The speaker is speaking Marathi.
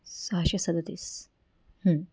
सहाशे सदतीस